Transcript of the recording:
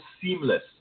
seamless